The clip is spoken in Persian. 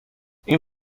این